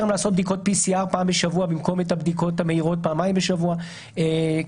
לעשות בדיקות PCR פעם בשבוע במקום את הבדיקות המהירות פעמיים בשבוע כי